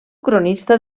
cronista